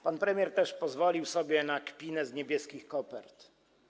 Pan premier pozwolił sobie też na kpinę z niebieskich kopert.